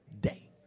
day